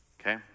Okay